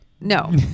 no